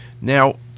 Now